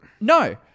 No